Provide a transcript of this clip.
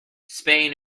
spain